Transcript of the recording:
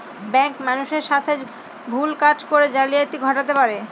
bank মানুষের সাথে ভুল কাজ করে জালিয়াতি ঘটাতে পারে